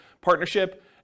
partnership